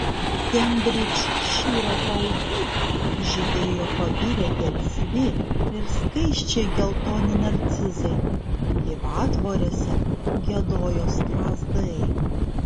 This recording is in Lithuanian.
kembridžšyro paupy žydėjo pabirę gelsvi ir skaisčiai geltoni narcizai gyvatvorėse giedojo strazdai